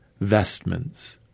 vestments